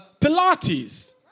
Pilates